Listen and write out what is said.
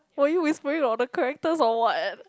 were you whispering about the characters or what